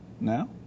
Now